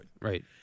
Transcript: Right